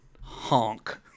honk